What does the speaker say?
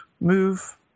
move